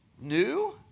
New